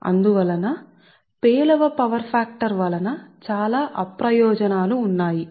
అందువల్ల power factor పేలవమైన power factor వలన చాలా అప్రయోజనాలు ఉన్నాయ్